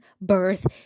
birth